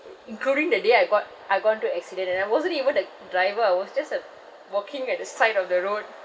including the day I got I got into accident and I wasn't even the driver I was just uh walking at the side of the road